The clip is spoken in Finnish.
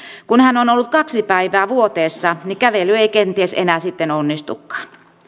kun hän on on ollut kaksi päivää vuoteessa niin kävely ei kenties enää sitten onnistukaan